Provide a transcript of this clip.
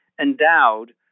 endowed